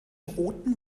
roten